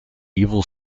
evil